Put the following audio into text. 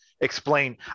explain